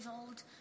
old